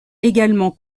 également